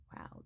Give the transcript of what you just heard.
Wow